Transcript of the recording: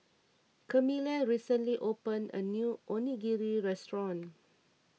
Camila recently opened a new Onigiri restaurant